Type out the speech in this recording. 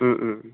Om Om